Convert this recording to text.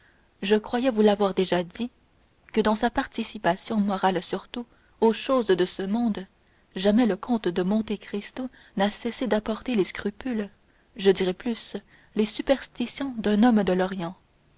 je croyais vous l'avoir déjà dit que dans sa participation morale surtout aux choses de ce monde jamais le comte de monte cristo n'a cessé d'apporter les scrupules je dirai plus les superstitions d'un homme de l'orient